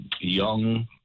young